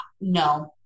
no